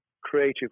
creative